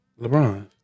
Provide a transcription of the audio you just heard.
LeBron